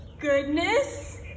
goodness